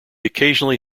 occasionally